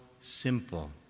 simple